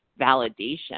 validation